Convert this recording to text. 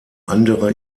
andere